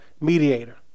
mediator